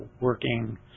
working